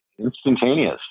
instantaneous